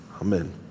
Amen